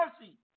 mercy